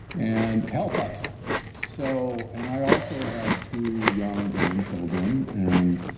and help us so and i also have two young grandchildren and